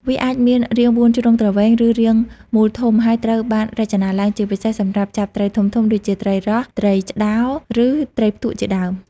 វាអាចមានរាងបួនជ្រុងទ្រវែង ឬរាងមូលធំ ហើយត្រូវបានរចនាឡើងជាពិសេសសម្រាប់ចាប់ត្រីធំៗដូចជាត្រីរស់ ត្រីឆ្តោ ឬត្រីផ្ទក់ជាដើម។